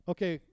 Okay